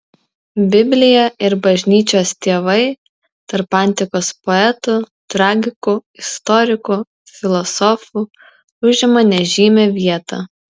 biblija ir bažnyčios tėvai tarp antikos poetų tragikų istorikų filosofų užima nežymią vietą